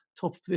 top